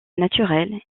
naturel